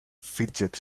fidget